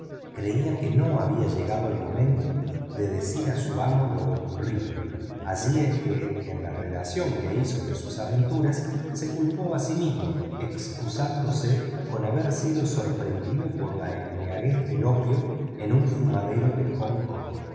creía que no había llegado el momento de decir a su amo lo ocurrido así es que en la relación que hizo de sus aventuras se culpó a sí propio excusándose con haber sido sorprendido por la embriaguez del opio de un fumadero de hong kong